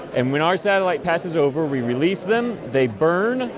and when our satellite passes over, we release them. they burn.